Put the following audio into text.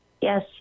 Yes